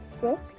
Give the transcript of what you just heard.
six